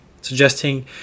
suggesting